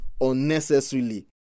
unnecessarily